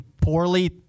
poorly